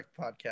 podcast